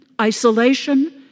isolation